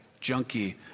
junkie